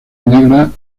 negra